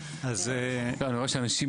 אני רואה שאנשים,